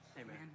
Amen